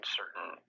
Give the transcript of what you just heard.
certain